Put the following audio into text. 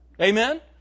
Amen